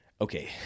okay